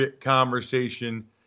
conversation